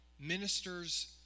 ministers